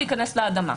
להיכנס לאדמה.